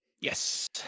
Yes